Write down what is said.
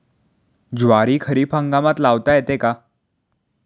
ज्वारी खरीप हंगामात लावता येते का?